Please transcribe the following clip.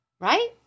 Right